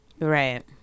Right